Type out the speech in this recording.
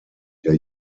der